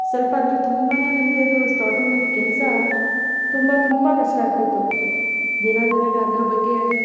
ಸ್ವಲ್ಪ ಅಂದರೆ ತುಂಬನೆ ನನಗೆ ಅದು ಸ್ಟಾರ್ಟಿಂಗಲ್ಲಿ ಕೆಲಸ ತುಂಬ ತುಂಬ ಕಷ್ಟ ಆಗ್ತಿತ್ತು ದಿನ ದಿನ ಗ ಅದ್ರ ಬಗ್ಗೆ